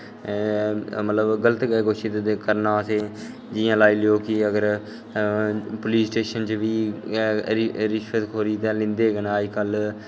गल्त गै सिद्द करना असेंगी जि'यां लाई लैओ कि अगर पुलिस स्टेशन बी रिश्वत खोरी तां लैंदे होङन अजकल्ल